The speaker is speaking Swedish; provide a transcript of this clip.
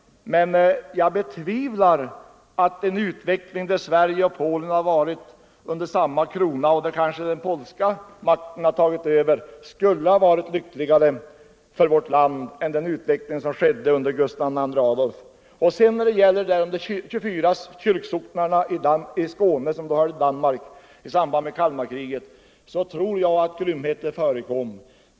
Men jag betvivlar att en utveckling, där Sverige och Polen varit under samma krona och där kanske den polska makten tagit över, skulle ha varit lyckligare för vårt land än den utveckling som skedde under Gustav II Adolf. Vad sedan gäller de 24 kyrksocknarna i Skåne, som då hörde till Danmark, tror jag visst att grymheter förekom där i samband med Kalmarkriget.